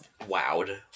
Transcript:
wowed